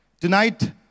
Tonight